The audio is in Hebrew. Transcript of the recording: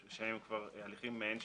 שהם כבר הליכים מעין שיפוטיים,